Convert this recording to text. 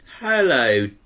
Hello